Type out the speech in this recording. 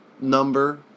number